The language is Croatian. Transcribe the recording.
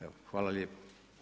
Evo, hvala lijepo.